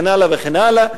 וכן הלאה וכן הלאה,